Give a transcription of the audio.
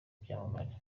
byamamare